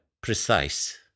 precise